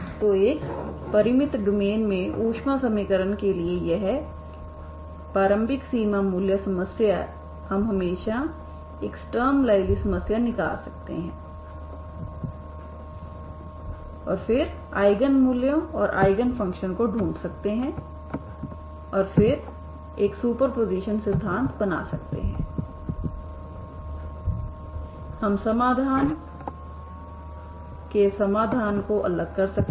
तो एक परिमित डोमेन में ऊष्मा समीकरण के लिए यह प्रारंभिक सीमा मूल्य समस्या हम हमेशा एक स्टर्म लिउविल समस्या निकाल सकते हैं और फिर आईगन मूल्यों और आईगन फंक्शन को ढूंढ सकते हैं और फिर एक सुपरपोजिशन सिद्धांत बना सकते हैं हम समाधान के समाधान को अलग कर सकते हैं